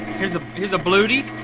here's ah here's a blue-dee.